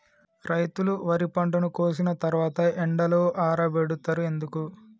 రైతులు వరి పంటను కోసిన తర్వాత ఎండలో ఆరబెడుతరు ఎందుకు?